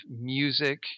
music